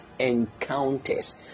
encounters